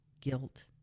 guilt